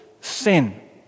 sin